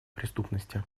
преступности